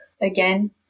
again